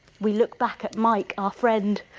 we look back at mike our friend.